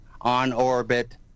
on-orbit